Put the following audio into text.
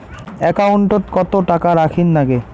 একাউন্টত কত টাকা রাখীর নাগে?